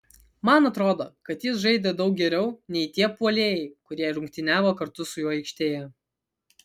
man atrodo kad jis žaidė daug geriau nei tie puolėjai kurie rungtyniavo kartu su juo aikštėje